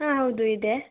ಹಾಂ ಹೌದು ಇದೆ